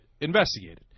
investigated